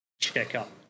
checkup